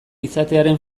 izatearen